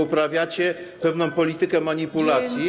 Uprawiacie pewną politykę manipulacji.